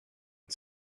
and